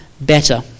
better